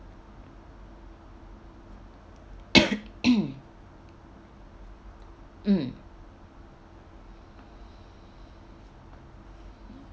mm